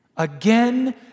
Again